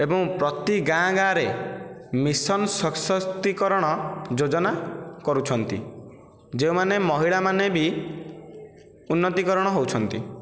ଏବଂ ପ୍ରତି ଗାଁ ଗାଁ ରେ ମିଶନ ସଶକ୍ତିକରଣ ଯୋଜନା କରୁଛନ୍ତି ଯେଉଁମାନେ ମହିଳାମାନେ ବି ଉନ୍ନତିକରଣ ହେଉଛନ୍ତି